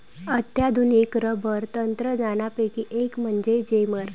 अत्याधुनिक रबर तंत्रज्ञानापैकी एक म्हणजे जेमर